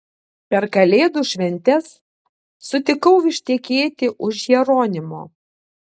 per kalėdų šventes sutikau ištekėti už jeronimo